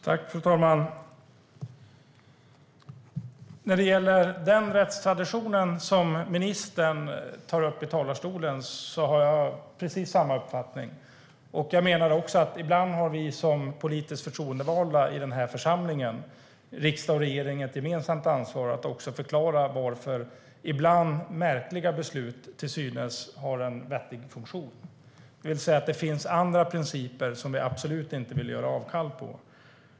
Fru talman! När det gäller den rättstradition som ministern tar upp i talarstolen har jag precis samma uppfattning. Jag menar också att vi som politiskt förtroendevalda i den här församlingen, i riksdagen och i regeringen, har ett gemensamt ansvar för att förklara varför ibland till synes märkliga beslut har en vettig funktion. Det finns andra principer som vi absolut inte vill göra avkall på.